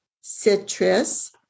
citrus